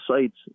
sites